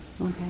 Okay